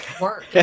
work